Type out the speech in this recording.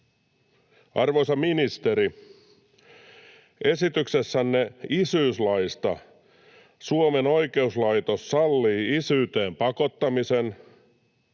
Arvoisa ministeri, esityksessänne isyyslaista Suomen oikeuslaitos sallii isyyteen pakottamisen,